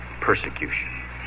persecution